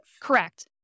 Correct